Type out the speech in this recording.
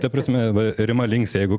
ta prasme va rima linksi jeigu